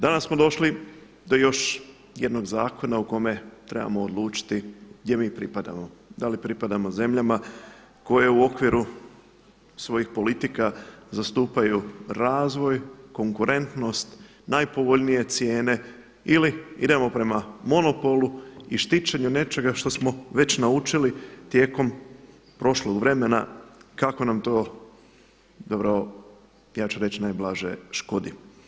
Danas smo došli do još jednog zakona u kome trebamo odlučiti gdje mi pripadamo, da li pripadamo zemljama koje u okviru svojih politika zastupaju razvoj, konkurentnost, najpovoljnije cijene ili idemo prema monopolu i štićenju nečega što smo već naučili tijekom prošlog vremena kako nam to, zapravo, ja ću reći najblaže škodi.